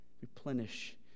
Replenish